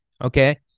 okay